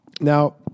Now